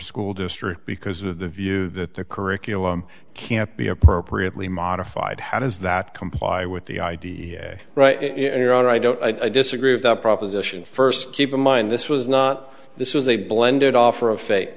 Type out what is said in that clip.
school district because of the view that the curriculum can't be appropriately modified how does that comply with the idea right in your honor i don't i disagree of the proposition first keep in mind this was not this was a blended offer of fa